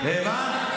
הבנת?